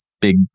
big